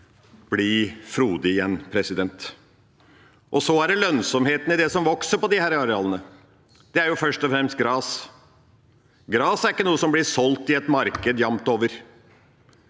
bli frodig igjen. Og så er det lønnsomheten i det som vokser på disse arealene. Det er jo først og fremst gras. Gras er ikke noe som blir solgt i et marked jamt over.